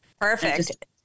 Perfect